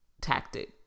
tactic